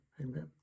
Amen